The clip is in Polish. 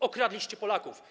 Okradliście Polaków.